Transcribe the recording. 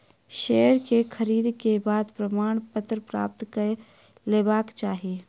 share के खरीद के बाद प्रमाणपत्र प्राप्त कय लेबाक चाही